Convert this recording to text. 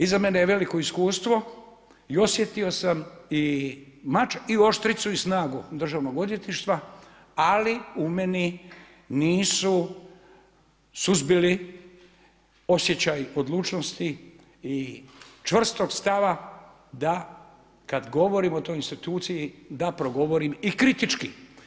Iza mene je veliko iskustvo i osjetio sam i mač i oštricu i snagu DORH-a, ali u meni nisu suzbili osjećaj odlučnosti i čvrstog stava da kad govorim o toj instituciji da progovorim i kritički.